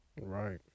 right